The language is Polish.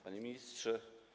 Panie Ministrze!